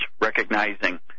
recognizing